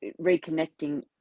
reconnecting